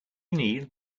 need